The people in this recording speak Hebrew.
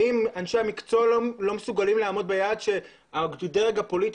האם אנשי המקצוע לא מסוגלים לעמוד ביעד של הדרג הפוליטי?